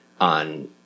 on